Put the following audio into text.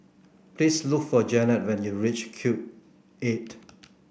please look for Janet when you reach Cube Eight